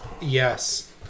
Yes